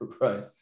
Right